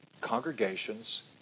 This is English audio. congregations